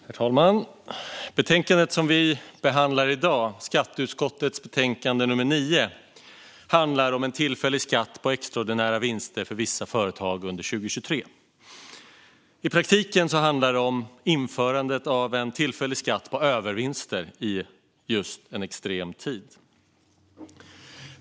Herr talman! Betänkandet som vi behandlar i dag, skatteutskottets betänkande 9, handlar om en tillfällig skatt på extraordinära vinster för vissa företag under 2023. I praktiken handlar detta om införandet av en tillfällig skatt på övervinster i en extrem tid.